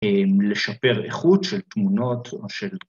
‫לשפר איכות של תמונות או של...